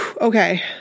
Okay